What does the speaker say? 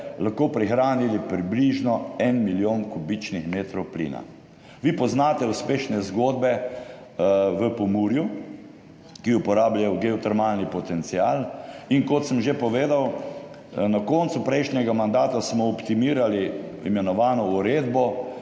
lahko prihranili približno en milijon kubičnih metrov plina. Vi poznate uspešne zgodbe v Pomurju, ki uporabljajo geotermalni potencial. In kot sem že povedal na koncu prejšnjega mandata, smo optimirali imenovano uredbo.